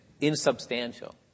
insubstantial